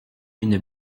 une